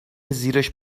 زیرش